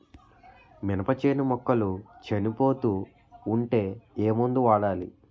మినప చేను మొక్కలు చనిపోతూ ఉంటే ఏమందు వాడాలి?